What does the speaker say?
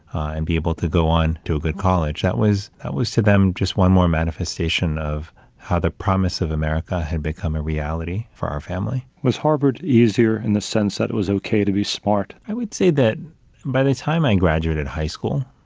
and be able to go on to a good college. that was, that was to them, just one more manifestation of how the promise of america had become a reality for our family. was harvard easier in the sense that it was okay to be smart? i would say that by the time i graduated high school,